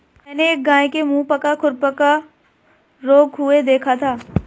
मैंने एक गाय के मुहपका खुरपका रोग हुए देखा था